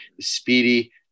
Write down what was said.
Speedy